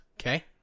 Okay